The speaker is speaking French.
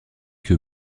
que